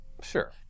Sure